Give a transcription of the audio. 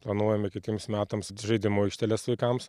planuojame kitiems metams žaidimų aikšteles vaikams